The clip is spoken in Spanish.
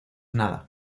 nada